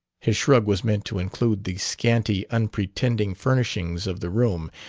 his shrug was meant to include the scanty, unpretending furnishings of the room,